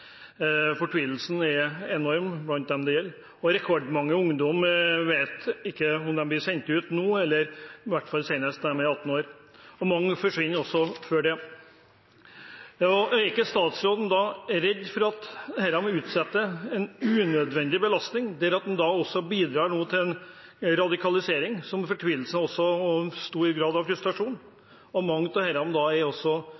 Fortvilelsen er enorm blant dem det gjelder, og rekordmange ungdommer vet ikke om de blir sendt ut nå eller i hvert fall senest når de er 18 år. Mange forsvinner også før det. Er ikke statsråden redd for at dette er å utsette dem for en unødig belastning, at en nå bidrar til radikalisering, og også til stor fortvilelse og stor grad av frustrasjon?